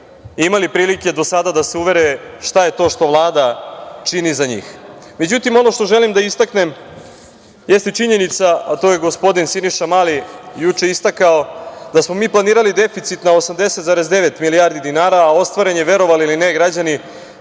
imali prilike do sada da se uvere šta je to što Vlada čini za njih. Međutim, ono što želim da istaknem jeste činjenica, a to je gospodin Siniša Mali juče istakao, da smo mi planirali deficit na 80,9 milijardi dinara, a ostvaren je, verovali ili ne, poštovani